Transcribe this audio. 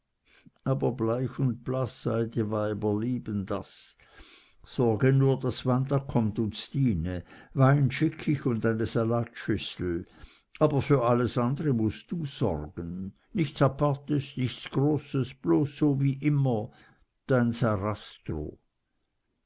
aber bleich und blaß ei die weiber lieben das sorge nur daß wanda kommt und stine wein schick ich und eine salatschüssel aber für alles andre mußt du sorgen nichts apartes nichts großes bloß so wie immer dein